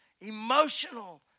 Emotional